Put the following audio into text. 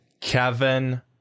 Kevin